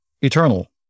eternal